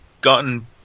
gotten